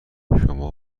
شما